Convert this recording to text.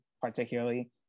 particularly